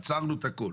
עצרנו את הכל.